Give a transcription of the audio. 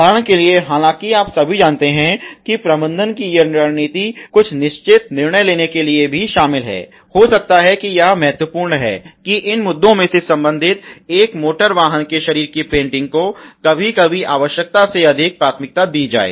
उदाहरण के लिए हालांकि आप सभी जानते हैं कि प्रबंधन की ये रणनीति कुछ निश्चित निर्णय लेने के लिए भी शामिल है हो सकता है कि यह बहुत महत्वपूर्ण है कि इन मुद्दों से संबंधित एक मोटर वाहन के शरीर की पेंटिंग को कभी कभी आवश्यकता से अधिक प्राथमिकता दी जाय